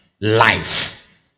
life